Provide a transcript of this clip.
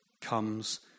comes